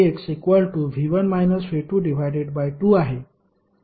परंतु ix V1 V22 आहे